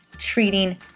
treating